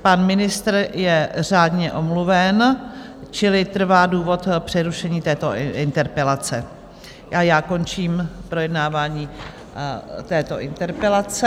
Pan ministr je řádně omluven, čili trvá důvod přerušení této interpelace a já končím projednávání této interpelace.